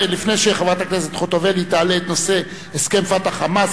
לפני שחברת הכנסת חוטובלי תעלה את הנושא: הסכם "פתח" "חמאס",